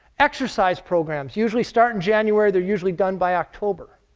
exercise programs usually start in january they're usually done by october.